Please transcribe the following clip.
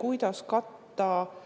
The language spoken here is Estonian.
kuidas katta